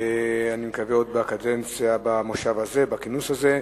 אני מקווה עוד במושב הזה, בכינוס הזה.